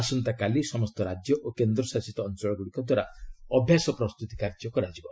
ଆସନ୍ତାକାଲି ସମସ୍ତ ରାଜ୍ୟ ଓ କେନ୍ଦ୍ର ଶାସିତ ଅଞ୍ଚଳଗୁଡ଼ିକ ଦ୍ୱାରା ଅଭ୍ୟାସ ପ୍ରସ୍ତୁତି କାର୍ଯ୍ୟ କରାଯିବ